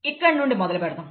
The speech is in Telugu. ఇక్కడ నుండి మొదలుపెడదాం